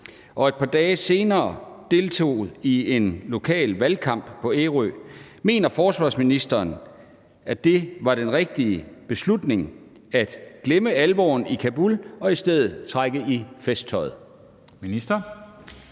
et par dage senere i en lokal valgkamp på Ærø. Mener forsvarsministeren, at det var den rigtige beslutning at glemme alvoren i Kabul og i stedet trække i festtøjet?